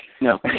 No